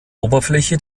oberfläche